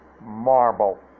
marble